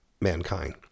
mankind